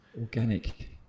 organic